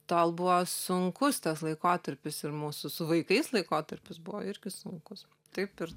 tol buvo sunkus tas laikotarpis ir mūsų su vaikais laikotarpis buvo irgi sunkus taip ir